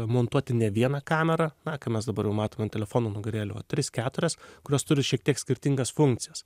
montuoti ne vieną kamerą na ką mes dabar jau matom ant telefonų nugarėlių o tris keturias kurios turi šiek tiek skirtingas funkcijas